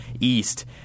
east